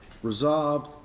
resolved